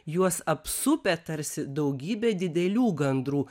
juos apsupę tarsi daugybė didelių gandrų